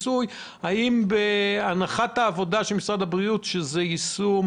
האם הנחת העבודה של משרד הבריאות היא שזה יישום